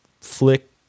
flick